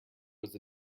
was